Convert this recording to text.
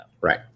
right